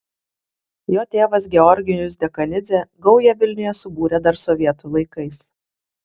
jo tėvas georgijus dekanidzė gaują vilniuje subūrė dar sovietų laikais